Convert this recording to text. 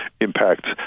impacts